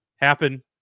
Happen